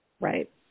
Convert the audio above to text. Right